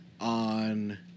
On